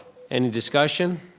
and discussion?